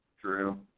True